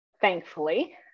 Thankfully